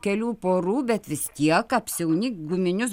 kelių porų bet vis tiek apsiauni guminius